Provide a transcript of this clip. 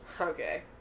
Okay